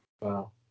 Wow